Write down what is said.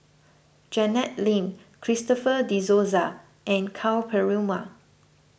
Janet Lim Christopher De Souza and Ka Perumal